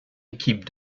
équipe